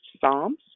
Psalms